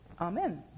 Amen